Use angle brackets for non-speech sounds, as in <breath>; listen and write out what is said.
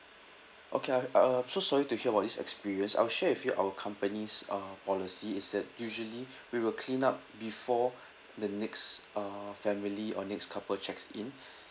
okay I uh so sorry to hear about this experience I'll share with you our company's uh policy is that usually <breath> we will clean up before <breath> the next uh family or next couple checks in <breath>